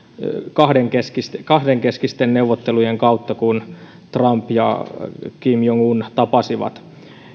kahdenkeskisten kahdenkeskisten neuvottelujen kautta kun trump ja kim jong un tapasivat